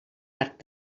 arc